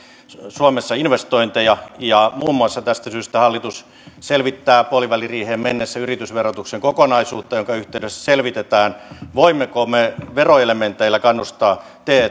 suomessa investointeja ja muun muassa tästä syystä hallitus selvittää puoliväliriiheen mennessä yritysverotuksen kokonaisuutta jonka yhteydessä selvitetään voimmeko me veroelementeillä kannustaa